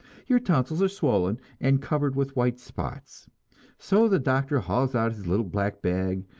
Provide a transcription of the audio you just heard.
your tonsils are swollen and covered with white spots so the doctor hauls out his little black bag,